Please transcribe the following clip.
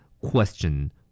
Question